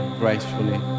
gracefully